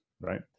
right